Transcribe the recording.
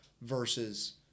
versus